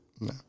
No